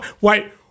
Wait